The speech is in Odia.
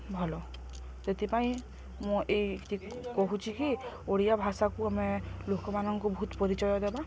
ଭଲ ସେଥିପାଇଁ ମୁଁ ଏଇ କହୁଛି କି ଓଡ଼ିଆ ଭାଷାକୁ ଆମେ ଲୋକମାନଙ୍କୁ ବହୁତ ପରିଚୟ ଦେବା